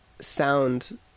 sound